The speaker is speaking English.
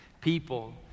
people